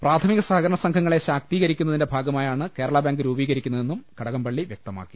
പ്രാഥമിക സഹകരണ സംഘങ്ങളെ ശാക്തീകരിക്കുന്നതിന്റെ ഭാഗമായാണ് കേരളബാങ്ക് രൂപീകരിക്കുന്നതെന്നും കടകംപള്ളി വൃക്തമാക്കി